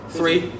Three